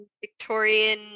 Victorian